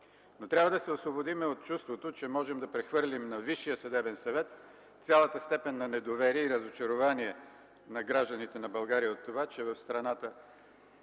Трябва да се освободим от чувството, че можем да прехвърлим на Висшия съдебен съвет цялата степен на недоверие и разочарование на гражданите на България от това, че е записано,